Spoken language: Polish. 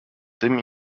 tym